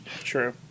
True